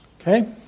Okay